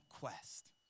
quest